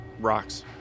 rocks